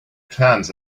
clams